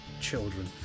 children